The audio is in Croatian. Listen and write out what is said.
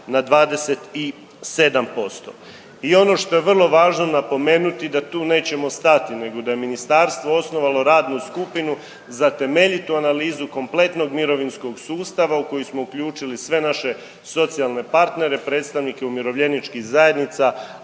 na 27%. I ono što je vrlo važno napomenuti da tu nećemo stati nego da je ministarstvo osnovalo radnu skupinu za temeljitu analizu kompletnog mirovinskog sustava u koju smo uključili sve naše socijalne partnere, predstavnike umirovljeničkih zajednica,